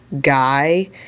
guy